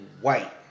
white